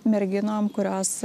merginom kurios